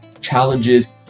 challenges